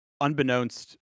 unbeknownst